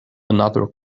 another